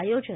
आयोजन